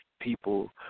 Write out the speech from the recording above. people